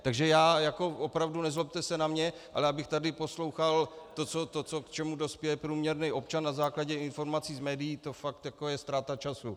Takže já jako opravdu, nezlobte se na mě, ale abych tady poslouchal to, k čemu dospěje průměrný občan na základě informací z médií, to fakt jako je ztráta času.